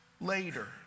later